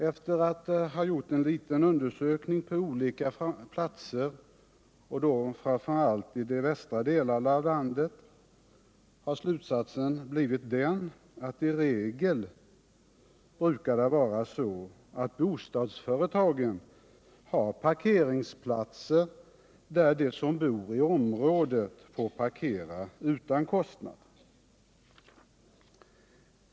Efter en liten undersökning på olika platser, och då framför allt i västra delarna av landet, blir slutsatsen att i regel är det så, att bostadsföretagen har parkeringsplatser där de som bor i området får parkera utan kostnad.